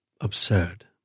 absurd